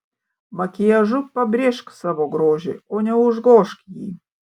makiažu pabrėžk savo grožį o ne užgožk jį